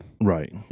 Right